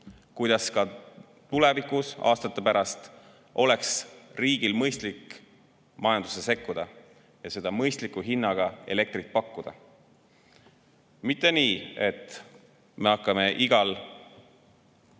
kuidas ka tulevikus, aastate pärast, oleks riigil mõistlik majandusse sekkuda ja mõistliku hinnaga elektrit pakkuda. Mitte nii, et me hakkame iga